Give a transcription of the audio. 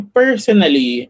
personally